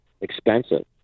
expensive